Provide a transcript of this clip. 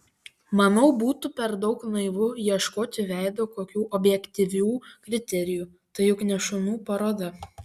manau būtų per daug naivu ieškoti veidui kokių objektyvių kriterijų tai juk ne šunų paroda